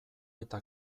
eta